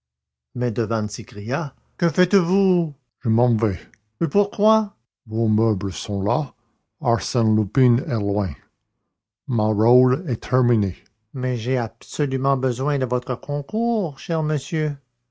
coups s'écria que faites-vous je m'en vais et pourquoi vos meubles sont là arsène lupin est loin mon rôle est terminé mais j'ai absolument besoin de votre concours cher monsieur